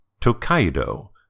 Tokaido